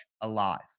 alive